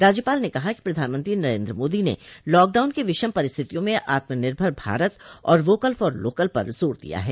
राज्यपाल ने कहा कि प्रधानमंत्री नरेन्द्र मोदी ने लॉकडाउन की विषम परिस्थितियों में आत्मनिर्भर भारत और वोकल फॉर लोकल पर जोर दिया है